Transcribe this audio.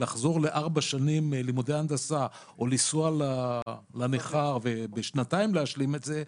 לחשוב לארבע שנים לימודי הנדסה או לנסוע לניכר ובשנתיים להשלים את זה,